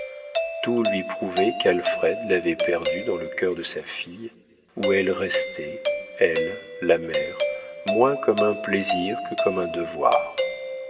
tout lui prouvait qu'alfred l'avait perdue dans le cœur de sa fille où elle restait elle la mère moins comme un plaisir que comme un devoir